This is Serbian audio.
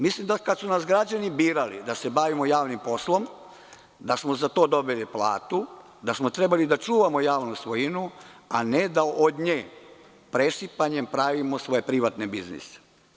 Mislim da kad su nas građani birali da se bavimo javnim poslom, da smo za to dobili platu, da smo trebali da čuvamo javnu svojinu, a ne da od nje presipanje pravimo svoje privatne biznise.